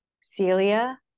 Celia